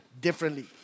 differently